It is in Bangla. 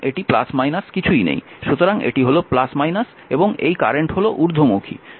সুতরাং এটি হল এবং এই কারেন্ট হল ঊর্ধ্বমুখী